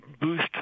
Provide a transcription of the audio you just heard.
boost